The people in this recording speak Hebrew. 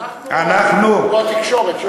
מי פחדנים, אנחנו או התקשורת?